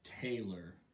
Taylor